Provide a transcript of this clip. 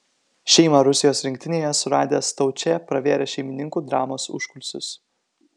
šeimą rusijos rinktinėje suradęs staučė pravėrė šeimininkų dramos užkulisius